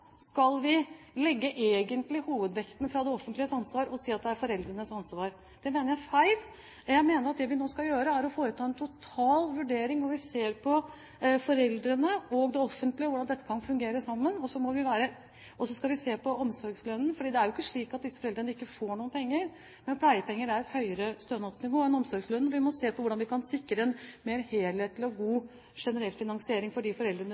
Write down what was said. skal vi egentlig ta hovedvekten av det offentliges ansvar og si at det er foreldrenes ansvar. Det mener jeg er feil, og jeg mener at det vi nå skal gjøre, er å foreta en totalvurdering, hvor vi ser på hvordan foreldrene og det offentlige kan fungere sammen. Og så skal vi se på omsorgslønnen, for det er jo ikke slik at disse foreldrene ikke får noen penger. Men pleiepenger har et høyere stønadsnivå enn omsorgslønn, og vi må se på hvordan vi kan sikre en mer helhetlig og god generell finansiering for de foreldrene